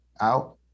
out